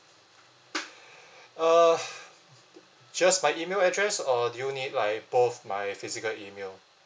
uh just my email address or do you need like both my physical and email